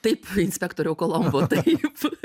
taip inspektoriau kolombo taip